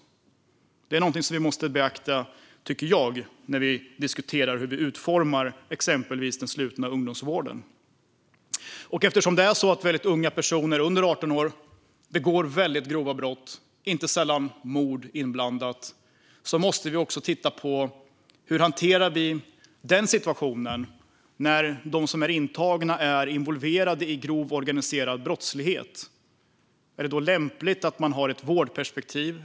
Det är något som vi måste beakta, tycker jag, när vi diskuterar hur vi utformar exempelvis den slutna ungdomsvården. Eftersom det är så att väldigt unga personer under 18 år begår väldigt grova brott, inte sällan mord, måste vi också titta på hur vi ska hantera den situationen när de intagna är involverade i grov organiserad brottslighet. Är det då lämpligt att man har ett vårdperspektiv?